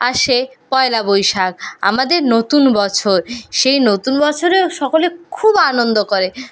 আসে পয়লা বৈশাখ আমাদের নতুন বছর সেই নতুন বছরেও সকলে খুব আনন্দ করে